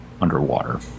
underwater